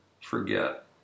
forget